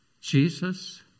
Jesus